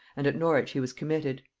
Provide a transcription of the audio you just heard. and at norwich he was committed.